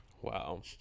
wow